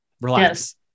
Relax